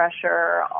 pressure